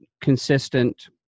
consistent